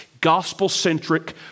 gospel-centric